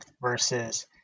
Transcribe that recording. versus